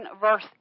verse